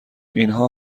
اینها